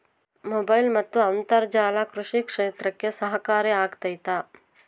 Mobile ಮತ್ತು ಅಂತರ್ಜಾಲ ಕೃಷಿ ಕ್ಷೇತ್ರಕ್ಕೆ ಸಹಕಾರಿ ಆಗ್ತೈತಾ?